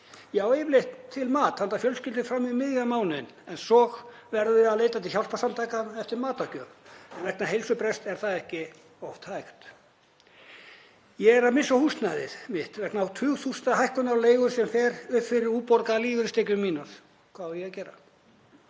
á yfirleitt til mat handa fjölskyldunni fram í miðjan mánuðinn en svo verðum við að leita til hjálparsamtaka eftir matargjöf en vegna heilsubrests er það oft ekki hægt. Ég er að missa húsnæðið mitt vegna tugþúsunda hækkunar á leigu sem fer upp fyrir útborgaðar lífeyristekjur mínar. Hvað á ég að gera?